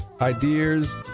ideas